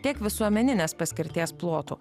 tiek visuomeninės paskirties plotų